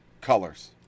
colors